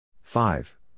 five